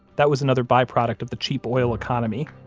that was another byproduct of the cheap oil economy.